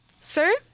sir